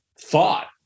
thought